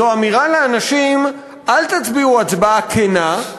זו אמירה לאנשים: אל תצביעו הצבעה כנה,